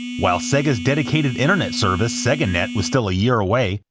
while sega's dedicated internet service, seganet, was still a year away,